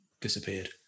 disappeared